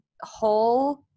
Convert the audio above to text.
whole